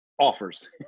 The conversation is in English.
offers